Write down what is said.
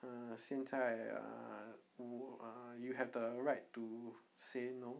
uh 现在 uh err you have the right to say no